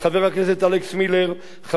חברת הכנסת פניה קירשנבאום,